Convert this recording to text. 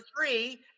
three